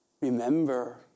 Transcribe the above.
Remember